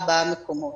ארבעה מקומות.